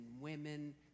women